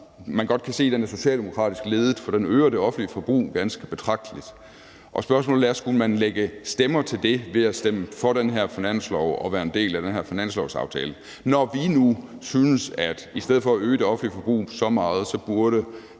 som man godt kan se er socialdemokratisk ledet, for den øger det offentlige forbrug ganske betragteligt, og spørgsmålet er, om man skulle lægge stemmer til det ved at stemme for det her finanslovsforslag og være en del af den her finanslovsaftale, når vi nu synes, at der, i stedet for at man øgede det offentlige forbrug så meget, burde